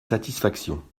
satisfaction